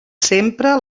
sempre